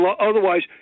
Otherwise